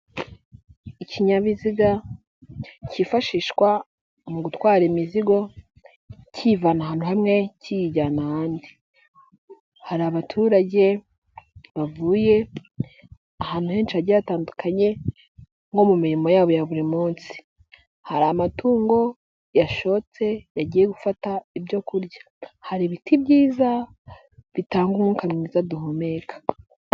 Ikinyabiziga cyifashishwa mu gutwara imizigo, kiyivana ahantu hamwe kijyana ahandi, hari abaturage, bavuye ahantu henshi hagiye hatandukanye nko mu mirimo yabo ya buri munsi, hari amatungo yashotse, yagiye gufata ibyo kurya, hari ibiti byiza bitanga umwuka mwiza duhumeka.